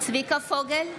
צביקה פוגל,